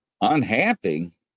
Unhappy